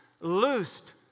loosed